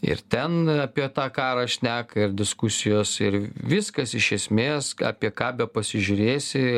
ir ten apie tą karą šneka ir diskusijos ir viskas iš esmės apie ką bepasižiūrėsi